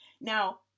Now